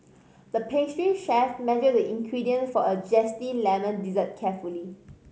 the pastry chef measured the ingredients for a zesty lemon dessert carefully